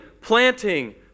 planting